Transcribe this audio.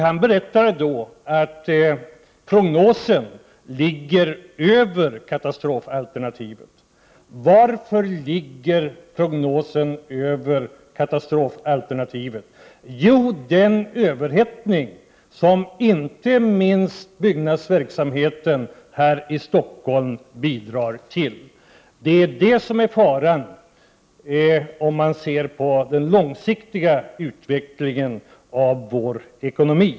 Han berättade då att prognosen ligger över katastrofalternativet. Och varför ligger prognosen över katastrofalternativet? Jo, det beror på den överhettning som inte minst byggnadsverksamheten här i Stockholm bidrar till. Det är detta som är faran, om man ser på den långsiktiga utvecklingen av vår ekonomi.